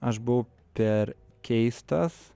aš buvau per keistas